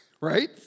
right